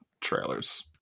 trailers